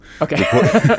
Okay